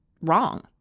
wrong